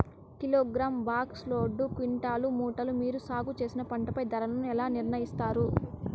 Kilogram, box, load, quintal, మూటలు మీరు సాగు చేసిన పంటపై ధరలను ఎలా నిర్ణయిస్తారు యిస్తారు?